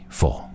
four